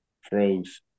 froze